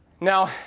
Now